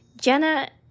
Jenna